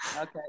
okay